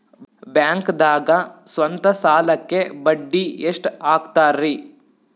ಬ್ಯಾಂಕ್ದಾಗ ಸ್ವಂತ ಸಾಲಕ್ಕೆ ಬಡ್ಡಿ ಎಷ್ಟ್ ಹಕ್ತಾರಿ?